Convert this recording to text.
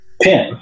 pin